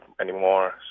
anymore